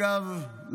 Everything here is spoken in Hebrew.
אגב,